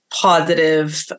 positive